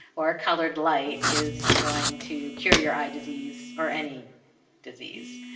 or colored light, is going to cure your eye disease, or any disease.